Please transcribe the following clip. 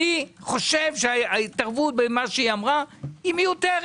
אני חושב שההתערבות במה שהיא אמר היא מיותרת.